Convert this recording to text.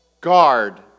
Guard